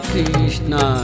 Krishna